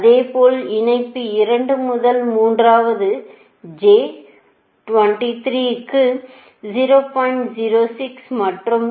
அதேபோல் இணைப்பு 2 முதல் 3 அதாவது j 23 க்கு 0